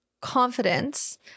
confidence